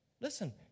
Listen